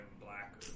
black